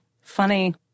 funny